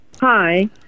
hi